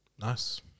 Nice